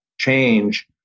Change